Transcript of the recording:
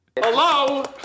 Hello